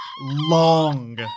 long